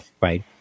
right